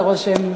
עושה רושם.